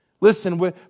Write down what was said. Listen